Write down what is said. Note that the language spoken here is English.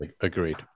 agreed